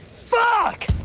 fuck!